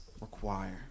require